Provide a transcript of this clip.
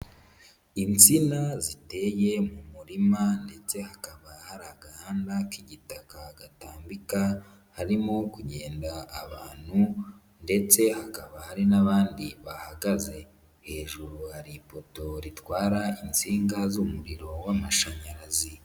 Insina ziteye mu murima ndetse hakaba hari agahanda k'igitaka gatambika harimo kugenda abantu ndetse hakaba hari n'abandi bahagaze, hejuru hari ipoto ritwara insinga z'umuriro w'amashanyarazi.